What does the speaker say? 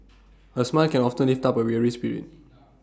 A smile can often lift up A weary spirit